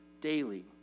daily